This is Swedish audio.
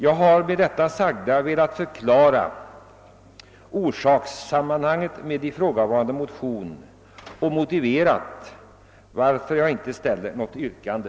Med det anförda har jag velat förklara orsakssammanhanget när det gäller ifrågavarande motion och motivera varför jag inte ställer något yrkande.